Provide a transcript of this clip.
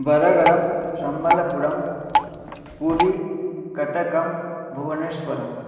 बरगडं शम्बलपुरं पुरी कटकं भुवनेश्वरः